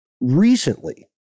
recently